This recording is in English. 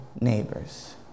neighbors